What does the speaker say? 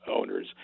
owners